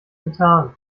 getan